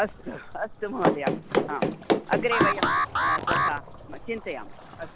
अस्तु अस्तु महोदय आम् अग्रे वयं तथा चिन्तयामः अस्तु